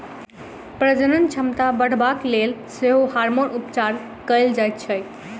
प्रजनन क्षमता बढ़यबाक लेल सेहो हार्मोन उपचार कयल जाइत छै